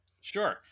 sure